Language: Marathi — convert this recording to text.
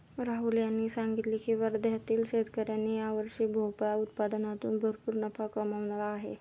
राहुल यांनी सांगितले की वर्ध्यातील शेतकऱ्यांनी यावर्षी भोपळा उत्पादनातून भरपूर नफा कमावला आहे